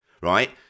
Right